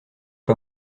pas